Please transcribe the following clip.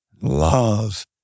love